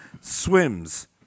swims